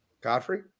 Godfrey